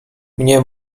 mnie